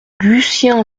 lucien